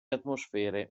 atmosfere